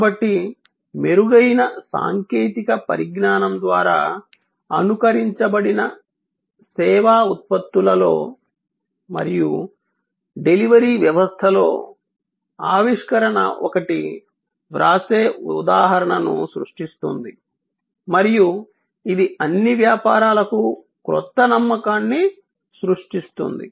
కాబట్టి మెరుగైన సాంకేతిక పరిజ్ఞానం ద్వారా అనుకరించబడిన సేవా ఉత్పత్తులలో మరియు డెలివరీ వ్యవస్థలో ఆవిష్కరణ ఒకటి వ్రాసే ఉదాహరణను సృష్టిస్తుంది మరియు ఇది అన్ని వ్యాపారాలకు కొత్త నమ్మకాన్ని సృష్టిస్తుంది